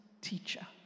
teacher